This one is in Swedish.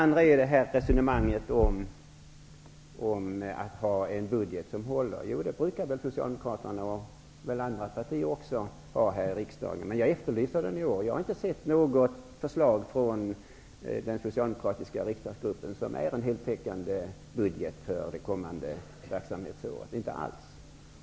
När det gäller resonemanget om att ha en budget som håller, kan jag säga att Socialdemokraterna och även andra partier brukar ha det här i riksdagen. Men jag efterlyser den i år. Jag har inte sett något förslag från den socialdemokratiska riksdagsgruppen som är en heltäckande budget för det kommande verksamhetsåret.